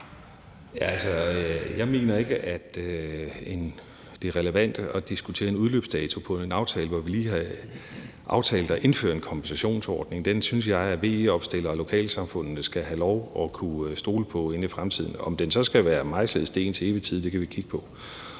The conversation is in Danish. Jeg mener ikke, at det er relevant at diskutere en udløbsdato for en aftale, i hvilken vi lige har aftalt at indføre en kompensationsordning. Den synes jeg at VE-opstillere og lokalsamfundene skal have lov til at kunne stole på i fremtiden. Om den så skal være meget mejslet i sten til evig tid, kan vi kigge på.